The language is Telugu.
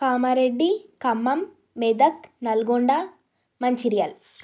కామారెడ్డి ఖమ్మం మెదక్ నల్గొండ మంచిర్యాల